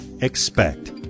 Expect